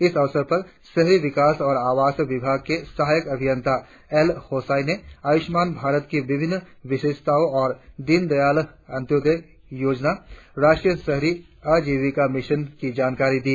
इस अवसर पर शहरी विकास और आवास विभाग के सहायक अभियंता एल होसाई ने आयुष्मान भारत की विभिन्न विशेषताओं और दीनदयाल अंत्योदय योजना राष्ट्रीय शहरी आजीविका मिशन की जानकारी दी